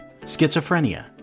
Schizophrenia